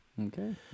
Okay